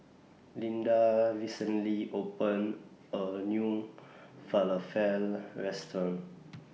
Lynda recently opened A New Falafel Restaurant